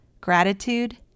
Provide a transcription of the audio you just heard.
gratitude